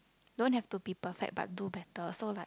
don't have to be perfect but do better so like